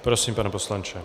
Prosím, pane poslanče.